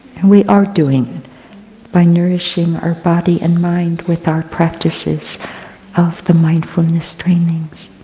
we are doing it by nourishing our body and mind with our practices of the mindfulness trainings.